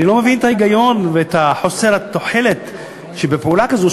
אני לא מבין את ההיגיון ואת חוסר התוחלת שבפעולה כזאת,